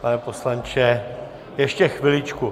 Pane poslanče, ještě chviličku.